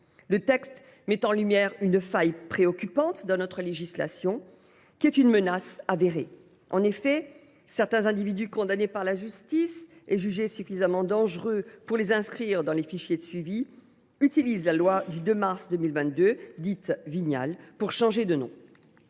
Le texte met en lumière une faille préoccupante dans notre législation, qui constitue clairement une menace. Certains individus condamnés par la justice et jugés suffisamment dangereux pour être inscrits dans des fichiers de suivi utilisent la loi Vignal pour changer de nom.